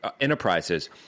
enterprises